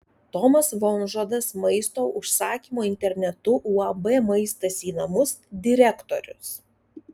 tomas vonžodas maisto užsakymo internetu uab maistas į namus direktorius